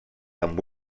amb